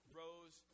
rose